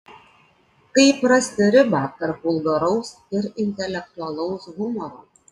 kaip rasti ribą tarp vulgaraus ir intelektualaus humoro